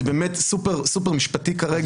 זה באמת סופר משפטי כרגע,